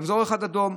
רמזור אחד אדום,